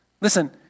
Listen